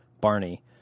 Barney